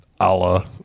allah